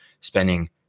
spending